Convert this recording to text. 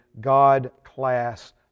God-class